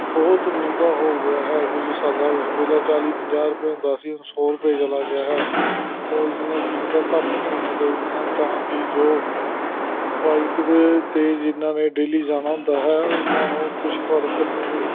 ਬਹੁਤ ਮਹਿੰਗਾ ਹੋ ਗਿਆ ਹੈ ਕੁਝ ਸਾਲਾਂ ਵਿੱਚ ਪਹਿਲਾਂ ਚਾਲ੍ਹੀ ਪੰਜਾਹ ਰੁਪਏ ਹੁੰਦਾ ਸੀ ਹੁਣ ਸੌ ਰੁਪਏ ਚਲਾ ਗਿਆ ਹੈ ਪੈਟਰੋਲ ਦੀਆਂ ਕੀਮਤਾਂ ਘੱਟ ਹੋਣੀਆਂ ਚਾਹੀਦੀਆਂ ਹਨ ਤਾਂ ਕਿ ਜੋ ਬਾਈਕ ਦੇ ਅਤੇ ਜਿਹਨਾਂ ਨੇ ਡੇਲੀ ਜਾਣਾ ਹੁੰਦਾ ਹੈ ਉਹਨਾਂ ਨੂੰ ਕੁਛ ਫ਼ਰਕ ਪਵੇ